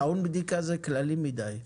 טעון בדיקה זה כללי מדי.